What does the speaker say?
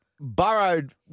burrowed